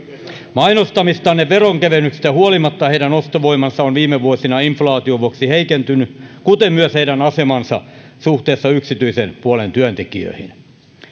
mainostamistanne veronkevennyksistä huolimatta heidän ostovoimansa on viime vuosina inflaation vuoksi heikentynyt kuten on myös heidän asemansa suhteessa yksityisen puolen työntekijöihin